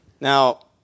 Now